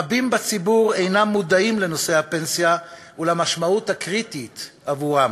רבים בציבור אינם מודעים לנושא הפנסיה ולמשמעותו הקריטית עבורם.